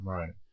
Right